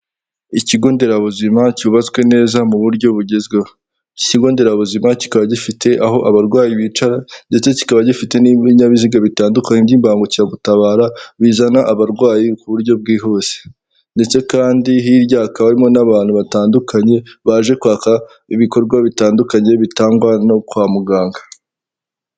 Ikigo nderabuzima cyubatswe neza mu buryo bugezweho, iki kigo nderabuzima kikaba gifite aho abarwayi bicara ndetse kikaba gifite n'ibinyabiziga bitandukanye by'imbangukiragutabara, bizana abarwayi ku buryo bwihuse, ndetse kandi hirya hakaba harimo n'abantu batandukanye baje kwaka ibikorwa bitandukanye bitangwa no kwa muganga.